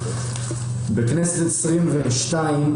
בכנסת העשרים ושתיים,